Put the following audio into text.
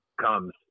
comes